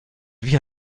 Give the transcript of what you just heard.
wie